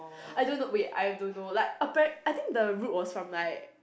I don't know wait I don't know like apparent I think the route was from like